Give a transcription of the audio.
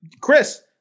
Chris